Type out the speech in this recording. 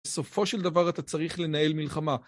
בסופו של דבר אתה צריך לנהל מלחמה.